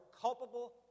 culpable